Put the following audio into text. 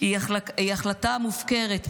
היא החלטה מופקרת,